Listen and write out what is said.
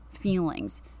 feelings